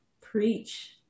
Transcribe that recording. Preach